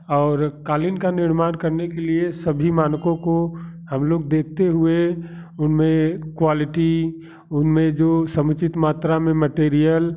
और कालीन का निर्माण करने के लिए सभी मानकों को हम लोग देखते हुए उनमें क्वालिटी उनमें जो समुचित मात्रा में मैटीरियल